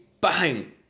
bang